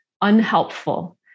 unhelpful